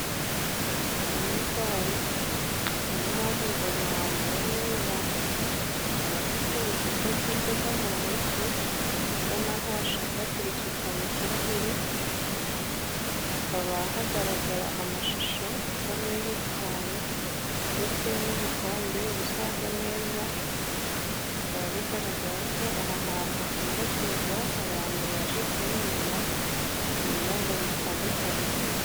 Muri bare harimo umugabo wambaye neza, akaba afite icupa ry'inzoga mu ntoki asa n'aho ashaka kuyisuka mu kirahuri. Hakaba hagaragara amashusho asa neza cyane, ndetse n'ubukombe busa neza, bikaba bigaragara ko aha hantu hakunda kuza abantu baje kuhanywera ibinyobwa bitandukanye.